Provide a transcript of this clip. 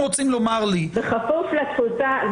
בכפוף לתפוסה.